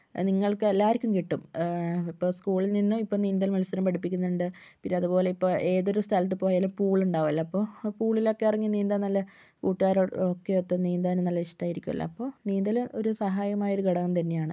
നിങ്ങൾക്കെല്ലാർക്കും കിട്ടും ഇപ്പോൾ സ്കൂളിൽ നിന്ന് ഇപ്പോൾ നീന്തൽ മത്സരം പഠിപ്പിക്കുന്നുണ്ട് പിന്നെ അതുപോലെ ഇപ്പോൾ ഏതൊരു സ്ഥലത്ത് പോയാലും പൂൾ ഉണ്ടാകുമല്ലൊ അപ്പോൾ പൂളിലൊക്കെ ഇറങ്ങി നീന്താൻ നല്ല കൂട്ടുകാരുമൊക്കെ ഒത്ത് നീന്താനും നല്ല ഇഷ്ടായിരിക്കുമല്ലോ അപ്പോൾ നീന്തല് സഹായകമായൊരു ഘടകം തന്നെയാണ്